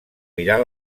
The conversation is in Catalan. mirar